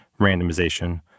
randomization